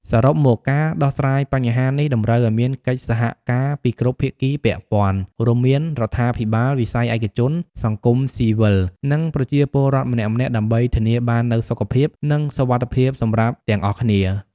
សរុបមក ការដោះស្រាយបញ្ហានេះតម្រូវឱ្យមានកិច្ចសហការពីគ្រប់ភាគីពាក់ព័ន្ធ រួមមាន រដ្ឋាភិបាល វិស័យឯកជន សង្គមស៊ីវិល និងប្រជាពលរដ្ឋម្នាក់ៗ ដើម្បីធានាបាននូវសុខភាព និងសុវត្ថិភាពសម្រាប់ទាំងអស់គ្នា។